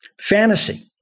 Fantasy